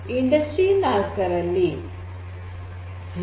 industry ೪